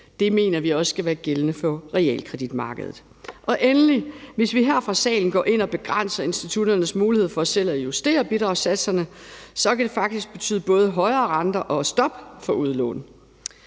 Det mener vi også skal være gældende for realkreditmarkedet. Endelig vil jeg sige, at hvis vi her fra salen går ind og begrænser institutternes mulighed for selv at justere bidragssatserne, kan det faktisk betyde både højere renter og stop for udlån.